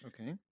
okay